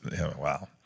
wow